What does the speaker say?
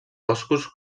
boscos